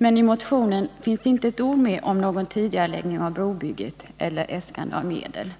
Men i motionen finns inte ett ord med om någon tidigareläggning av brobygget och inte heller äskas några medel.